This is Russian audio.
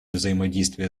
взаимодействия